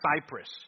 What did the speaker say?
Cyprus